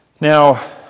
Now